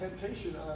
temptation